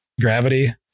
gravity